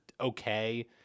okay